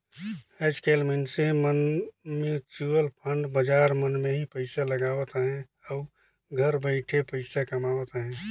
आएज काएल मइनसे मन म्युचुअल फंड बजार मन में ही पइसा लगावत अहें अउ घर बइठे पइसा कमावत अहें